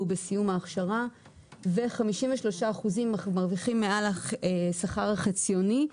בסיום ההכשרה ו-53% מרוויחים מעל השכר החציוני.